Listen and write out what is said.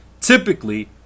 Typically